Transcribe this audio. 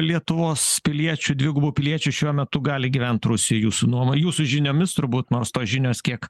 lietuvos piliečių dvigubų piliečių šiuo metu gali gyvent rusi jūsų nuomo jūsų žiniomis turbūt nors tos žinios kiek